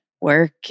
work